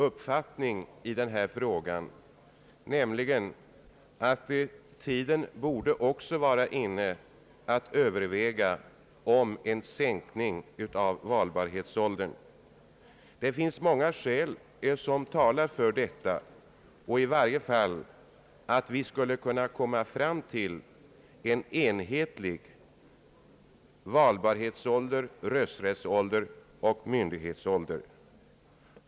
kvinnlig tronföljd vår uppfattning ait tiden borde vara inne att även överväga en sänkning av valbarhetsåldern. Det finns många skäl som talar härför. Vi borde i varje fall komma fram till en enhetlig valbarhetsålder, rösträttsålder och myndighetsålder.